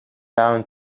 down